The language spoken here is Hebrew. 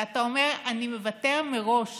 ואתה אומר, אני מוותר מראש